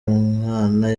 umwana